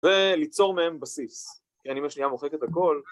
וליצור מהם בסיס, כי אני בשנייה מוחק את הכל